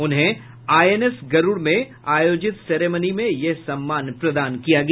उन्हें आईएनएस गरूड में आयोजित सेरेमनी में यह सम्मान प्रदान किया गया